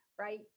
right